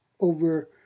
over